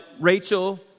Rachel